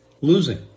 losing